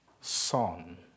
Son